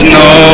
no